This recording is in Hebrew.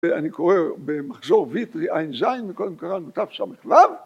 ‫אני קורא במחזור ויטרי עז, מ‫קודם קראנו תסו.